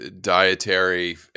dietary